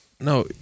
no